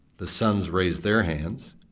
the sons raised their hands,